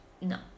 No